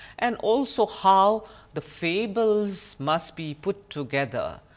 and also how the fables must be put together.